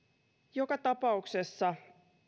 joka tapauksessa